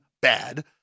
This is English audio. Bad